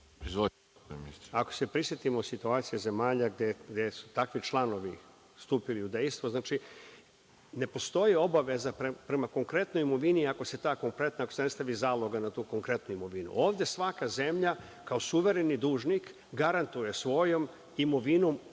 Ako se prisetimo situacije zemalja gde su takvi članovi stupili u dejstvo, znači, ne postoji obaveza prema konkretnoj imovini ako se ta konkretna imovina, ako se ne stavi zalog na tu konkretnu imovinu. Ovde svaka zemlja kao suvereni dužnik garantuje svojom imovinom